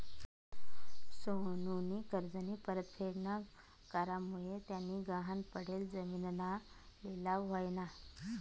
सोनूनी कर्जनी परतफेड ना करामुये त्यानी गहाण पडेल जिमीनना लिलाव व्हयना